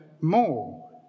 more